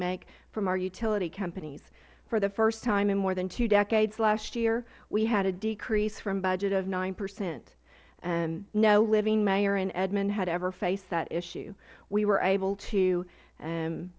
make from our utility companies for the first time in more than two decades last year we had a decrease from budget of nine percent no living mayor in edmond had ever faced that issue we were able to